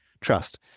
trust